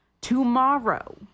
Tomorrow